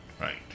Right